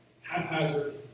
haphazard